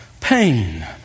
Pain